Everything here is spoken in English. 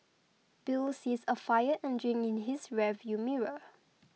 bill sees a fire engine in his rear view mirror